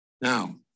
Now